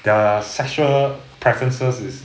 their sexual preferences is